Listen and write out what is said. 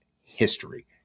history